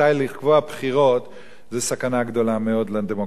בחירות זה סכנה גדולה מאוד לדמוקרטיה.